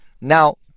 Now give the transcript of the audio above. Now